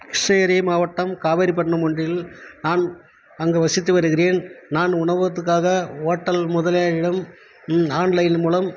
கிருஷ்ணகிரி மாவட்டம் காவேரிபட்டிணம் ஒன்றில் நான் அங்கு வசித்து வருகிறேன் நான் உணவுக்காக வோட்டல் முதலாளியிடம் ஆன்லைன் மூலம்